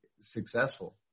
successful